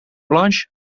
blanche